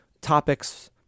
topics